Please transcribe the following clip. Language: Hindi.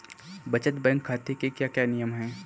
बचत बैंक खाते के क्या क्या नियम हैं?